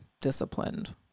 disciplined